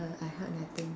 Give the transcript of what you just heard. I heard nothing